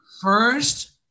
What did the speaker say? first